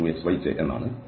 Fx2y2i 2xyj ആണ്